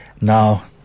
Now